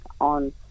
on